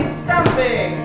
stamping